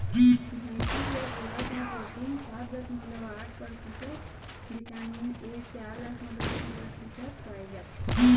भइसी के गोरस म प्रोटीन सात दसमलव आठ परतिसत, बिटामिन ए चार दसमलव तीन परतिसत पाए जाथे